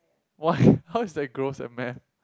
why how is that gross at math